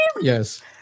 Yes